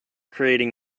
creating